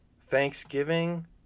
Thanksgiving